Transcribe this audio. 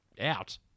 out